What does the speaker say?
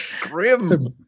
Grim